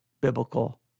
Biblical